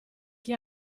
chi